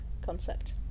concept